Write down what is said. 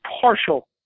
partial